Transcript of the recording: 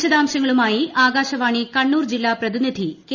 വിശദാംശങ്ങളുമായി ആകാശവാണി കണ്ണൂർ ജില്ലാ പ്രതിനിധി കെ